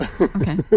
Okay